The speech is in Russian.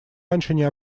раньше